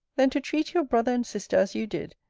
then to treat your brother and sister as you did,